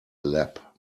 lap